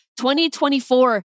2024